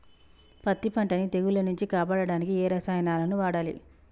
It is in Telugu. పత్తి పంటని తెగుల నుంచి కాపాడడానికి ఏ రసాయనాలను వాడాలి?